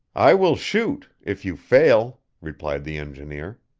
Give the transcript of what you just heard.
i will shoot if you fail, replied the engineer.